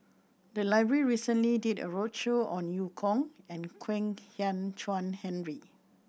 the library recently did a roadshow on Eu Kong and Kwek Hian Chuan Henry